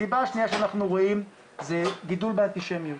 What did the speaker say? הסיבה השנייה שאנחנו רואים זה גידול באנטישמיות